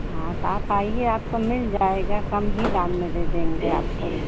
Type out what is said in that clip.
हाँ तो आप आइए आपको मिल जाएगा कम ही दाम में दे देंगे आपको